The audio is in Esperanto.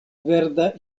verda